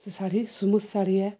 ସେ ଶାଢ଼ୀ ସ୍ମୁଥ୍ ଶାଢ଼ୀ